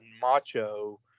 macho